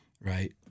Right